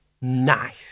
nice